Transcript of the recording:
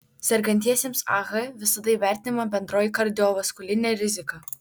sergantiesiems ah visada įvertinama bendroji kardiovaskulinė rizika